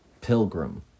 Pilgrim